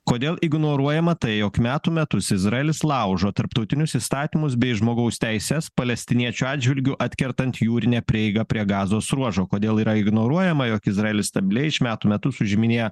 kodėl ignoruojama tai jog metų metus izraelis laužo tarptautinius įstatymus bei žmogaus teises palestiniečių atžvilgiu atkertant jūrinę prieigą prie gazos ruožo kodėl yra ignoruojama jog izraelis stabiliai iš metų metus užiminėja